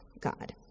God